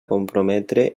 comprometre